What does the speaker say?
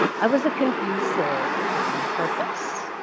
i was a confused soul with no purpose.